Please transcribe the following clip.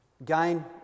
Again